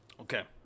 Okay